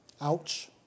Ouch